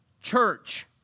church